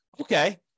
Okay